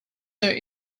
there